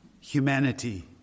humanity